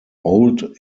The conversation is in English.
old